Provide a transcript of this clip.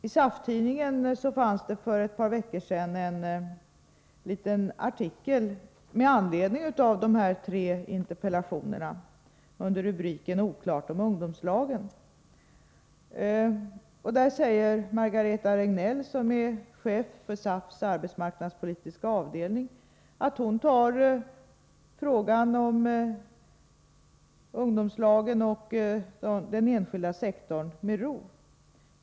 I SAF-Tidningen/Arbetsgivaren var det för ett par veckor sedan en artikel med anledning av de här tre interpellationerna under rubriken Oklart om ungdomslagen. Där skrivs det att Margareta Regnell, som är chef för SAF:s arbetsmarknadspolitiska avdelning, tar frågan om ungdomslagen med ro.